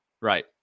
Right